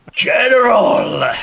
General